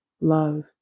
love